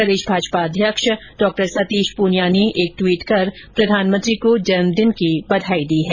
प्रदेश भाजपा अध्यक्ष सतीश प्रनियां ने टवीट कर प्रधानमंत्री को जन्मदिन की बधाई दी है